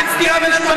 אין סתירה בין הדברים.